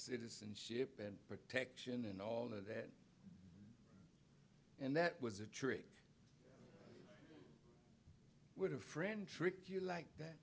citizenship and protection and all of that and that was a trick would a friend trick you like that